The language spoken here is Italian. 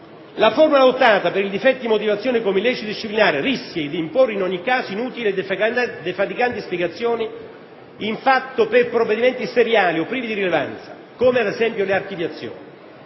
La formula adottata per il difetto di motivazione come illecito disciplinare rischia di imporre in ogni caso inutili e defatiganti spiegazioni in fatto per provvedimenti seriali o privi di rilevanza, come, ad esempio, le archiviazioni;